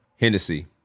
Hennessy